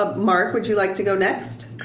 ah mark, would you like to go next?